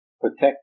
protect